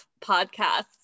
podcasts